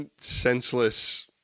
senseless